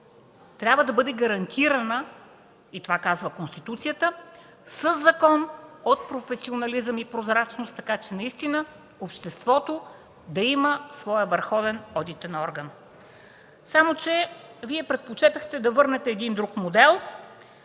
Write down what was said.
трябва да бъде гарантирана – това казва Конституцията, със закон – професионално и прозрачно, така че наистина обществото да има своя върховен одитен орган. Само че Вие предпочетохте да върнете един друг модел